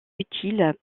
utile